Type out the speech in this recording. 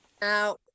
Now